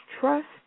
trust